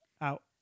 Out